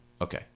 Okay